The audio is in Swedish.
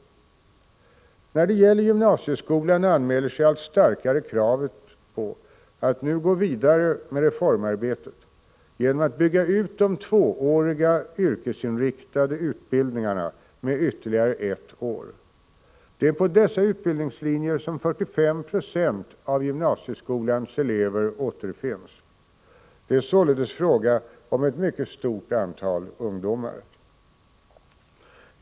När det gäller gymnasieskolan anmäler sig allt starkare kravet på att nu gå vidare med reformarbetet genom att bygga ut de tvååriga yrkesinriktade utbildningarna med ytterligare ett år. Det är på dessa utbildningslinjer som 45 96 av gymnasieskolans elever återfinns. Det är således fråga om ett mycket stort antal ungdomar.